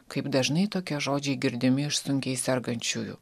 kaip dažnai tokie žodžiai girdimi iš sunkiai sergančiųjų